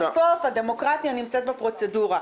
הרי בסוף הדמוקרטיה נמצאת בפרוצדורה.